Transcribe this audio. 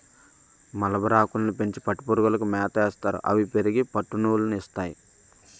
మలబరిఆకులని పెంచి పట్టుపురుగులకి మేతయేస్తారు అవి పెరిగి పట్టునూలు ని ఇస్తాయి